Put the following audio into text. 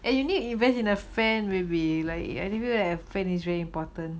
and you need to invest in a fan baby like I feel fan is very important